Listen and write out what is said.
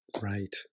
Right